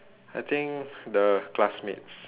I think the classmates